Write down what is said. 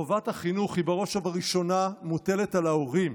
חובת החינוך בראש ובראשונה מוטלת על ההורים.